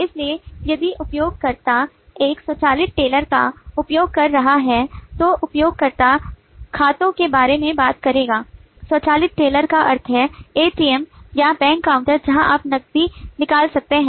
इसलिए यदि उपयोगकर्ता एक स्वचालित टेलर का उपयोग कर रहा है तो उपयोगकर्ता खातों के बारे में बात करेगा स्वचालित टेलर का अर्थ है ATM या बैंक काउंटर जहां आप नकदी निकाल सकते हैं